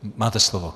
Máte slovo.